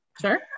Sure